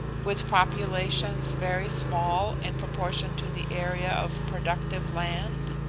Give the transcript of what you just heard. with populations very small in proportion to the area of productive land?